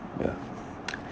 ya